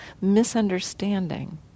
misunderstanding